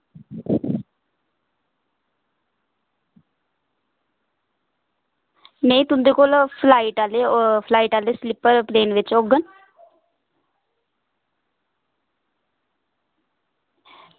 नेईं तुंदे कोल फ्लाइट आह्ले फ्लाइट आह्ले स्लीपर प्लेन आह्ले होङन